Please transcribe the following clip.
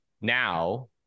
now